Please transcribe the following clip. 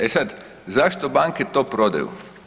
E sad, zašto banke to prodaju?